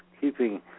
keeping